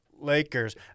lakers